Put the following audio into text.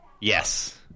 Yes